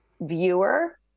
viewer